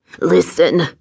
listen